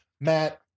Matt